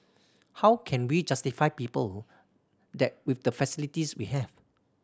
how can we justify people that with the facilities we have